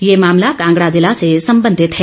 ये मामला कांगड़ा जिला से संबंधित है